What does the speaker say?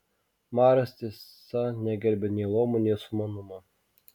maras tiesa negerbė nei luomų nei sumanumo